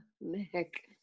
Nick